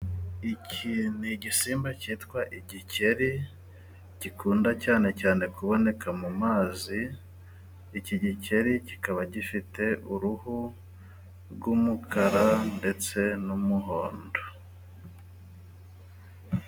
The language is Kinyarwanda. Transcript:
Iki ni igisimba cyitwa igikeri. Gikunda cyane cyane kuboneka mu mazi. Iki gikeri gifite uruhu rw'umukara ndetse n'umuhondo.